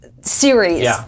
series